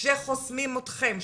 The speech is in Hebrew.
שחוסמים אתכם,